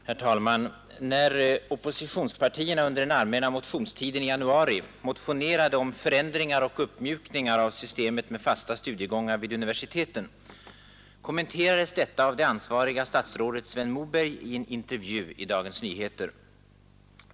Herr talman! När oppositionspartierna under den allmänna motionstiden i januari motionerade om förändringar och uppmjukningar av systemet med fasta studiegångar vid universiteten, kommenterades detta av det ansvariga statsrådet Sven Moberg i en intervju i Dagens Nyheter.